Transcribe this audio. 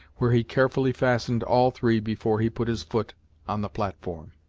where he carefully fastened all three before he put his foot on the platform.